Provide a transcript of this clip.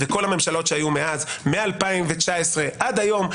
וכל הממשלות שהיו מאז מ-2019 עד היום,